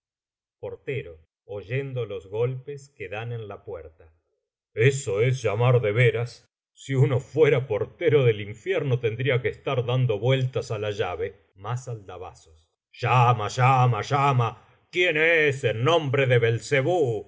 lady macbeth banquo ross malcolm y donalbain criados empieza á verse la luz dei día port oyendo los golpes que dan en la puerta eso es llamar de veras si uno fuera portero del infierno tendría que estar siempre macbeth dando vueltas á la llave más aldabazos llama llama llama quién es en nombre de belcebú